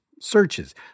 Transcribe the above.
searches